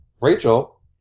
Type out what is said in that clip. Rachel